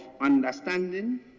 understanding